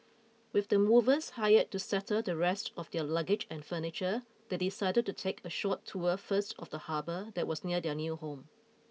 with the movers hired to settle the rest of their luggage and furniture they decided to take a short tour first of the harbour that was near their new home